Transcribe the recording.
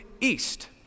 east